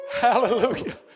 hallelujah